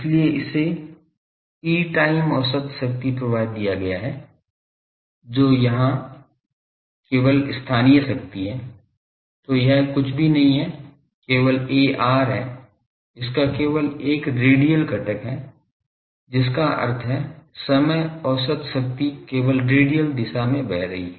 इसलिए इसे E time औसत शक्ति प्रवाह दिया गया है जो वहां केवल स्थानीय शक्ति है तो यह कुछ भी नहीं है केवल ar है इसका केवल एक रेडियल घटक है जिसका अर्थ है समय औसत शक्ति केवल रेडियल दिशा में बह रही है